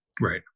Right